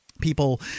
People